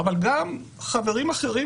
אבל גם חברים אחרים,